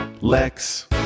Lex